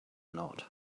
not